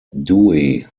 dewey